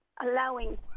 allowing